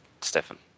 Stefan